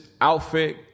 outfit